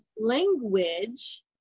language